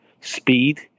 speed